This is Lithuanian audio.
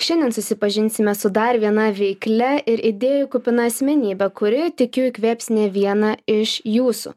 šiandien susipažinsime su dar viena veiklia ir idėjų kupina asmenybe kuri tikiu įkvėps ne vieną iš jūsų